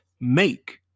Make